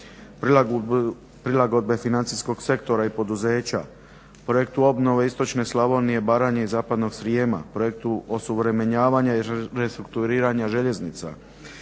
prilagodbe financijskog sektora i poduzeća, projektu obnove istočne Slavonije, Baranje i zapadnog Srijema, projektu osuvremenjivanja i restrukturiranja željeznica,